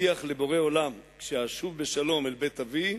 הבטיח לבורא עולם: כשאשוב בשלום אל בית אבי,